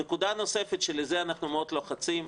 נקודה נוספת שלזה אנחנו מאוד לוחצים,